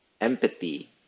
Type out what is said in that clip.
empathy